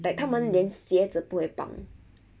like 他们连鞋子不会绑